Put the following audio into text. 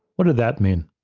what does that mean?